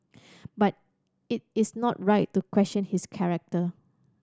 but it is not right to question his character